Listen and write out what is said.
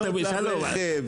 התקנות לרכב.